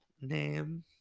name